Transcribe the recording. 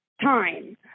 time